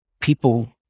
people